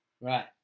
Right